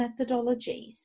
methodologies